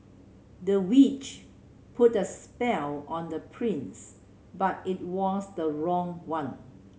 the witch put a spell on the prince but it was the wrong one